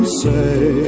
say